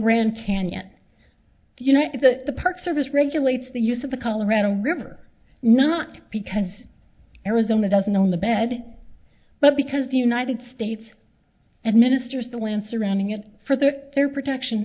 grand canyon you know if the park service regulates the use of the colorado river not because arizona doesn't own the bed but because the united states administers the land surrounding it for their their protection